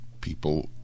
people